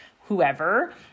whoever